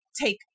take